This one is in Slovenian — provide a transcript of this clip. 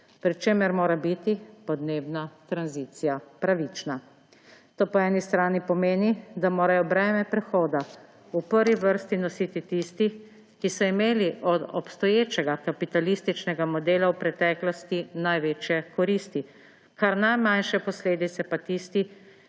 pri čemer mora biti podnebna tranzicija pravična. To po eni strani pomeni, da morajo breme prehoda v prvi vrsti nositi tisti, ki so imeli od obstoječega kapitalističnega modela v preteklosti največje koristi, kar najmanjše posledice pa tisti,